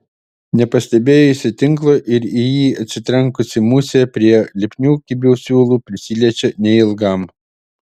nepastebėjusi tinklo ir į jį atsitrenkusi musė prie lipnių kibių siūlų prisiliečia neilgam